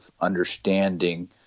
understanding